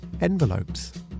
envelopes